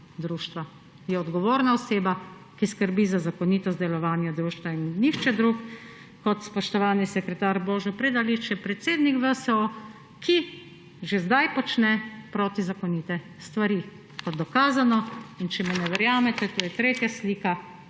društva, je odgovorna oseba, ki skrbi za zakonitost delovanja društva. Nihče drug kot spoštovani sekretar Božo Predalič je predsednik VSO, ki že sedaj, dokazano, počne protizakonite stvari. In če mi ne verjamete, to je tretja slika.